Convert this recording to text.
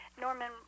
Norman